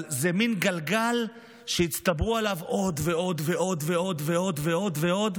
אבל זה מין גלגל שהצטברו עליו עוד ועוד ועוד ועוד ועוד ועוד ועוד